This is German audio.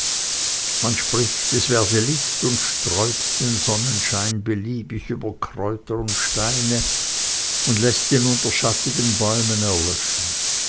man spricht es werde licht und streut den sonnenschein beliebig über kräuter und steine und läßt ihn unter schattigen bäumen erlöschen